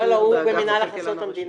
לא, הוא במינהל הכנסות המדינה.